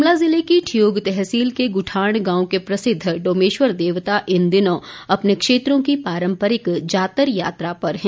शिमला जिले की ठियोग तहसील के गुठाण गांव के प्रसिद्ध डोमेश्वर देवता इन दिनों अपने क्षेत्रों की पारम्परिक जातर यात्रा पर हैं